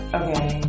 okay